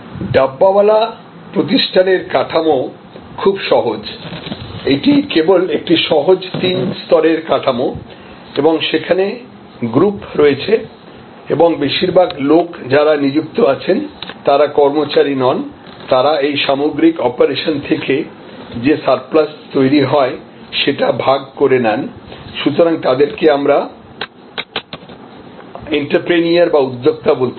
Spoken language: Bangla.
ডাব্বাওয়ালা প্রতিষ্ঠানের কাঠামো খুব সহজ এটি কেবল একটি সহজ তিন স্তরের কাঠামো এবং সেখানে গ্রুপ রয়েছে এবং বেশিরভাগ লোক যারা নিযুক্ত আছেন তারা কর্মচারী নন তারা এই সামগ্রিক অপারেশন থেকে যে সারপ্লাস তৈরি হয় সেটা ভাগ করে নেন সুতরাং তাদেরকে আমরা এন্ত্রেপ্রেনিউর বা উদ্যোক্তা বলতে পারি